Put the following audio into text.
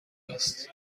است